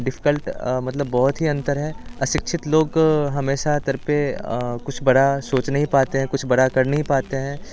difficult मतलब बहुत ही अंतर है अशिक्षित लोग हमेशा तर पे कुछ बड़ा सोच नहीं पाते हैं कुछ बड़ा कर नहीं पाते हैं